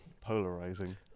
polarizing